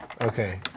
Okay